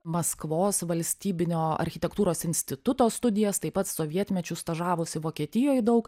maskvos valstybinio architektūros instituto studijas taip pat sovietmečiu stažavosi vokietijoj daug